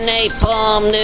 Napalm